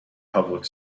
public